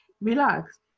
relax